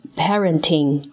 parenting